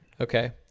Okay